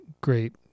great